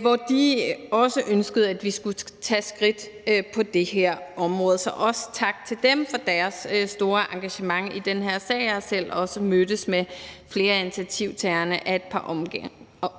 hvor de også ønskede, at vi skulle tage skridt på det her område. Så også tak til dem for deres store engagement i den her sag. Jeg har også selv mødtes med flere af initiativtagerne ad